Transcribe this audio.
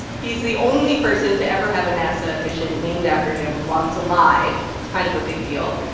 he's the only person to ever have a nasa mission named after him while he's alive. it's kind of a big deal.